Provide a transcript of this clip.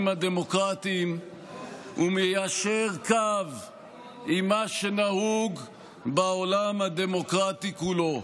הדמוקרטיים ומיישר קו עם מה שנהוג בעולם הדמוקרטי כולו.